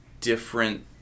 different